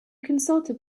consulted